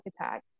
attack